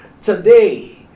Today